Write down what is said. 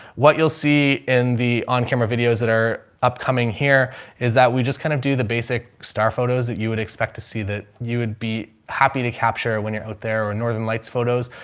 what you'll see in the on-camera videos that are upcoming here is that we just kind of do the basic star photos that you would expect to see, that you would be happy to capture when you're out there or in northern lights, photos.